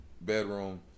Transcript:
bedroom